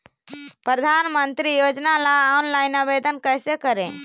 प्रधानमंत्री योजना ला ऑनलाइन आवेदन कैसे करे?